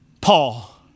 Paul